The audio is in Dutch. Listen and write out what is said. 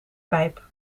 pijp